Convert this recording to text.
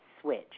Switch